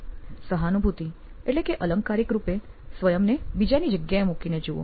સહાનુભૂતિ એટલે કે અલંકારિક રૂપે સ્વયંને બીજાની જગ્યાએ મૂકીને જોવું